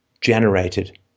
generated